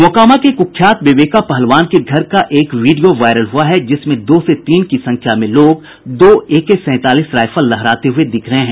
मोकामा के क्ख्यात विवेका पहलवान के घर का एक वीडियो वायरल हुआ है जिसमें दो से तीन की संख्या में लोग दो एके सैंतालीस राइफल लहराते हुये दिख रहे हैं